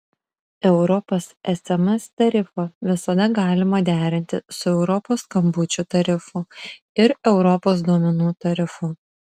europos sms tarifą visada galima derinti su europos skambučių tarifu ir europos duomenų tarifu